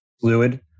fluid